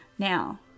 Now